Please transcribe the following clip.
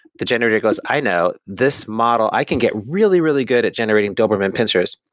the generator goes, i know, this model i can get really, really good at generating doberman pinschers,